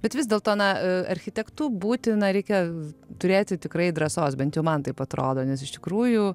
bet vis dėlto na architektu būti na reikia turėti tikrai drąsos bent jau man taip atrodo nes iš tikrųjų